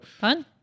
Fun